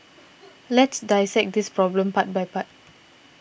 let's dissect this problem part by part